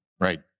Right